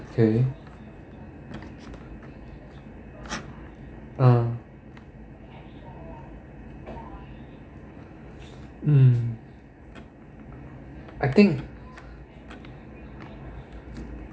okay ah mm I think